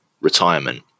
retirement